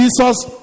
Jesus